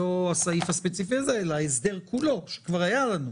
לא הסעיף הספציפי הזה אלא ההסדר כולו שכבר היה לנו.